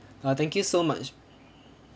uh thank you so much